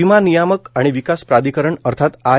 विमा नियामक आणि विकास प्राधिकरण अर्थात आय